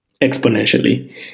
exponentially